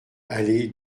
allée